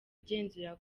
agenzura